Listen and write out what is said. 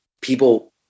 people